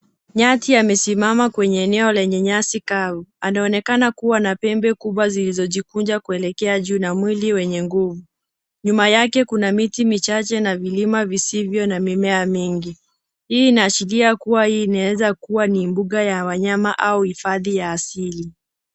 Nyati amesimama kwenye eneo lenye nyasi kavu anaonekana kuwa na pembe kubwa zilizo jikunja kwelekea juu na mwili wenye nguvu. Nyuma yake kuna miti michache na vilima visivyo na mimea mingi. Hii inashiria hii inaweza kuwa ni mbuga ya wanyama au hifadhi ya asili.